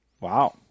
Wow